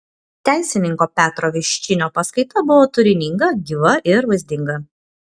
teisininko petro viščinio paskaita buvo turininga gyva ir vaizdinga